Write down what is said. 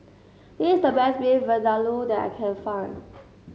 this the best Beef Vindaloo that I can find